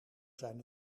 zijn